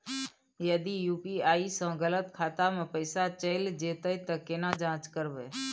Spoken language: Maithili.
यदि यु.पी.आई स गलत खाता मे पैसा चैल जेतै त केना जाँच करबे?